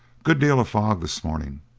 good deal of fog this morning.